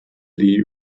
lee